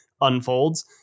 unfolds